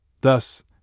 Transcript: Thus